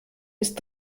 ist